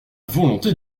volonté